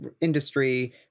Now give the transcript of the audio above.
industry